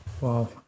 Wow